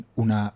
una